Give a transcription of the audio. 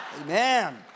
Amen